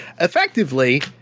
effectively